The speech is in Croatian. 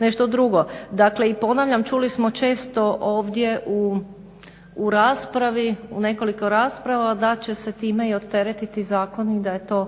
nešto drugo, dakle ponavljam čuli smo često ovdje u raspravi u nekoliko rasprava da će se time odteretiti zakon i da je to